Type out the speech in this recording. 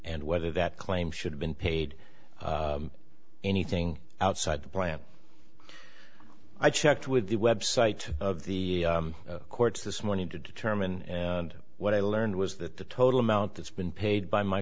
and whether that claim should have been paid anything outside the plant i checked with the website of the courts this morning to determine and what i learned was that the total amount that's been paid by my